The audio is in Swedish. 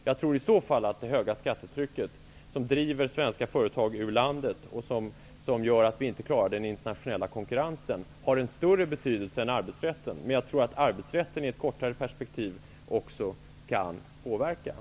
Jag tror att det höga skattetrycket, som driver svenska företag ur landet och som gör att vi inte klarar den internationella konkurrensen, har en större betydelse än arbetsrätten. Man jag tror att även arbetsrätten kan påverka i ett kortare perspektiv.